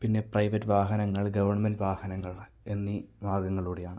പിന്നെ പ്രൈവറ്റ് വാഹനങ്ങൾ ഗവൺമെന്റ് വാഹനങ്ങൾ എന്നീ മാർഗ്ഗങ്ങളിലൂടെയാണ്